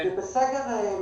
זה בסדר,